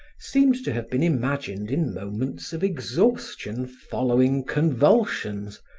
seemed to have been imagined in moments of exhaustion following convulsions,